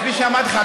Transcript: כפי שאמרתי לך,